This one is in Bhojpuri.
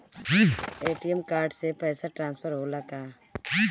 ए.टी.एम कार्ड से पैसा ट्रांसफर होला का?